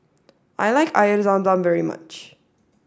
I like Air Zam Zam very much